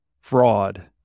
fraud